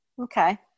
Okay